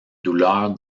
douleur